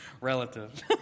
relative